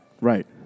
right